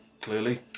clearly